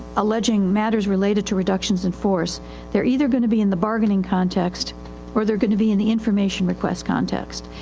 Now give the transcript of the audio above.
alleging matters related to reductions in force theyire either going to be in the bargaining context or theyire going to be in the information request context.